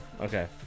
Okay